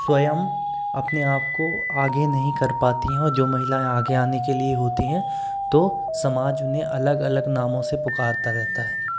स्वयं अपने आप को आगे नहीं कर पाती है और जो महिलाएं आगे आने के लिए होती है तो समाज उन्हें अलग अलग नामों से पुकारता रहता है